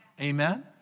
amen